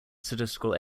statistical